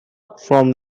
from